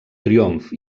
triomf